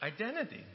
identity